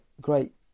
great